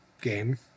game